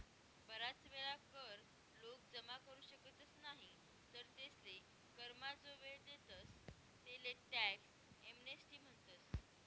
बराच वेळा कर लोक जमा करू शकतस नाही तर तेसले करमा जो वेळ देतस तेले टॅक्स एमनेस्टी म्हणतस